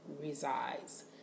resides